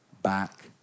back